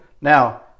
Now